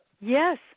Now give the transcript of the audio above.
Yes